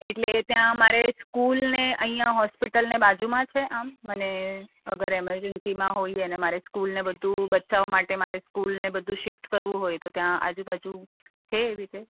એટલે ત્યાં અમારે સ્કૂલને અહીંયા હોસ્પિટલને બાજુમાં છે આમ અને અગર ઈમરજન્સીમાં હોય અને મારે સ્કૂલને બધું બચ્ચાઓ માટે મારે સ્કૂલને બધું શિફ્ટ કરવું હોય તો ત્યાં આજુ બાજુ છે એ રીતે